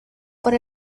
por